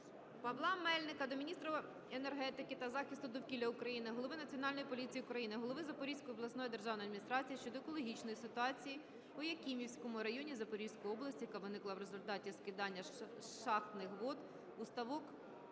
Павла Мельника до міністра енергетики та захисту довкілля України, голови Національної поліції України, голови Запорізької обласної державної адміністрації щодо екологічної ситуації у Якимівському районі Запорізької області, яка виникла в результаті скидання шахтних вод у ставок,